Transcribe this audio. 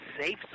safe